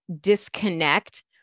disconnect